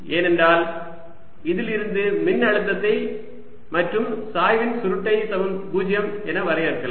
ஏனென்றால் இதில் இருந்து மின்னழுத்தத்தை மற்றும் சாய்வின் சுருட்டை சமம் 0 என வரையறுக்கலாம்